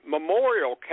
Memorial